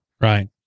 Right